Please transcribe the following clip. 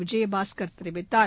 விஜயபாஸ்கர் தெரிவித்தார்